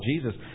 jesus